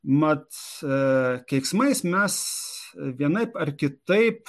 mat keiksmais mes vienaip ar kitaip